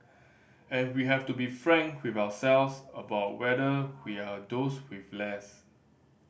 and we have to be frank with ourselves about whether we are those with less